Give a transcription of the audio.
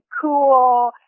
cool